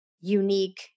unique